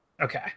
Okay